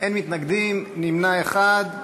אין מתנגדים, נמנע אחד.